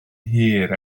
hir